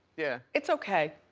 yeah. it's okay,